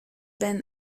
been